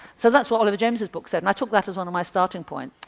so that's what oliver james's book said, and i took that as one of my starting points.